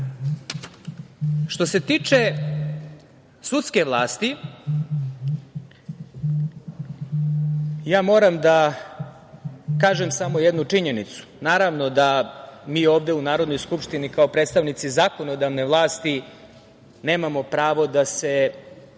se tiče sudske vlasti, moram da kažem samo jednu činjenicu. Naravno da mi ovde u Narodnoj skupštini kao predstavnici zakonodavne vlasti nemamo pravo da se